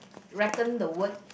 reckon the word